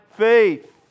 faith